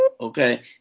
okay